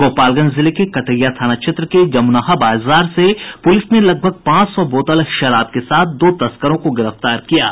गोपालगंज जिले के कटैया थाना क्षेत्र के जमुनहा बाजार से पुलिस ने लगभग पांच सौ बोतल शराब के साथ दो तस्करों को गिरफ्तार किया है